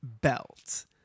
belt